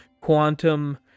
quantum